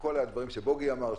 כל הדברים שבוגי אמר,